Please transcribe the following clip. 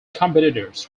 competitors